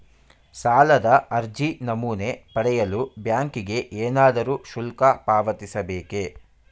ಸಾಲದ ಅರ್ಜಿ ನಮೂನೆ ಪಡೆಯಲು ಬ್ಯಾಂಕಿಗೆ ಏನಾದರೂ ಶುಲ್ಕ ಪಾವತಿಸಬೇಕೇ?